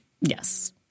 Yes